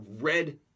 red